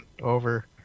over